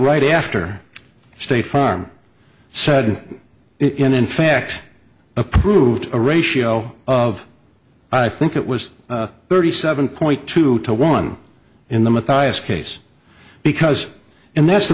right after state farm said it in fact approved a ratio of i think it was thirty seven point two to one in the mathias case because and that's the